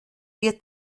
wir